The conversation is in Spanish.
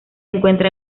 encuentra